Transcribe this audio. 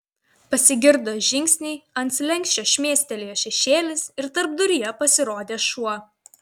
pasigirdo žingsniai ant slenksčio šmėstelėjo šešėlis ir tarpduryje pasirodė šuo